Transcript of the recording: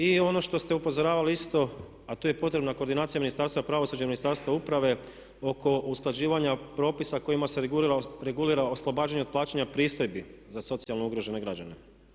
I ono što ste upozoravali isto a to je potrebna koordinacija Ministarstva pravosuđa i Ministarstva uprave oko usklađivanja propisa koji se regulira oslobađanje od plaćanja pristojbi za socijalno ugrožene građane.